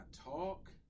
talk